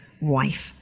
wife